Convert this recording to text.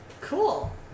Cool